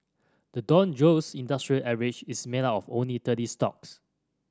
the Dow Jones Industrial Average is made up of only thirty stocks